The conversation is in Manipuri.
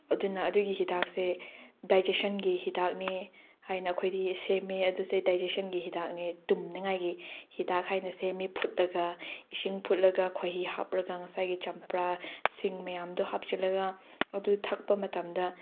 ꯑꯗꯨꯅ ꯑꯗꯨꯒꯤ ꯍꯤꯗꯥꯛꯁꯦ ꯗꯥꯏꯖꯦꯁꯟꯒꯤ ꯍꯤꯗꯥꯛꯅꯦ ꯍꯥꯏꯅ ꯑꯩꯈꯣꯏꯗꯤ ꯁꯦꯝꯃꯦ ꯑꯗꯨꯁꯦ ꯗꯥꯏꯖꯦꯁꯟꯒꯤ ꯍꯤꯗꯥꯛꯅꯦ ꯇꯨꯝꯅꯤꯡꯉꯥꯏꯒꯤ ꯍꯤꯗꯥꯛ ꯍꯥꯏꯅ ꯁꯦꯝꯃꯦ ꯐꯨꯠꯂꯒ ꯏꯁꯤꯡ ꯐꯨꯠꯂꯒ ꯈꯣꯍꯤ ꯍꯥꯞꯂꯒ ꯉꯁꯥꯏꯒꯤ ꯆꯝꯄ꯭ꯔꯥ ꯁꯤꯡ ꯃꯌꯥꯝꯗꯣ ꯍꯥꯞꯆꯤꯜꯂꯒ ꯑꯗꯨ ꯊꯛꯄ ꯃꯇꯝꯗ